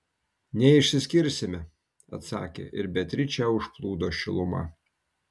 neišsiskirsime atsakė ir beatričę užplūdo šiluma